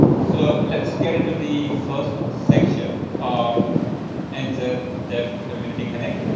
so let's get into the first section of enzed dev community connect.